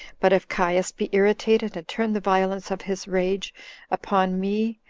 but if caius be irritated, and turn the violence of his rage upon me,